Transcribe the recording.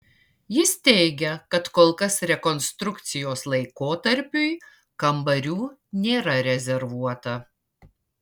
jis teigia kad kol kas rekonstrukcijos laikotarpiui kambarių nėra rezervuota